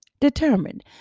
determined